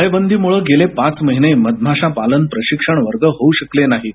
टाळेबंदीमुळं गेले पाच महिने मधमाशा पालन प्रशिक्षण वर्ग होऊ शकले नाहीत